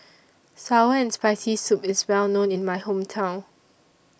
Sour and Spicy Soup IS Well known in My Hometown